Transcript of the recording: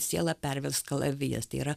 sielą pervers kalavijas tai yra